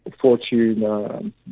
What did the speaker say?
fortune